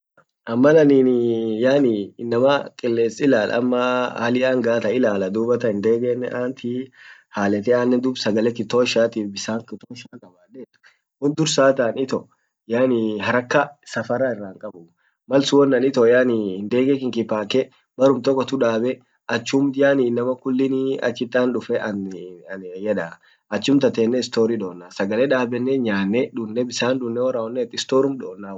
an mal ain inama killess ilal ama hali anga tan ilal dubattan indegenen ant halete dub ant sagale kutoshatif bisan kutosha kab won dursa taan ito haraka safara ira hinkabuu mal sun won annin ito yaaniii ndege kinki pakke barum tokotu dabe achumt yaani inamakulinii achit ant duffe anan yedaa, achumt tatenne stori don sagale dabenne yanne bissan dunne worawwonen storum donnaa